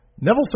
Neville